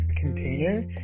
container